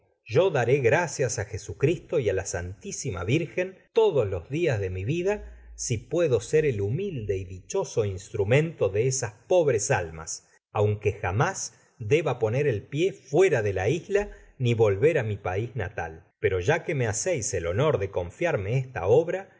yo daré gracias á jesucristo y á la santisima virgen todos los dias de mi vida si puedo ser el humilde y dichoso instrumento de esas pobres almas aunque jamás deba poner el pié foera de la isla ni voiver á mi paja natal pero ya que me haceis el honor de confiarme esta obra